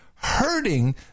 hurting